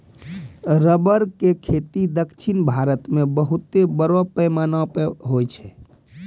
rubber के खेती दक्षिण भारत मॅ बहुत बड़ो पैमाना पर होय छै